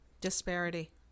Disparity